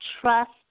trust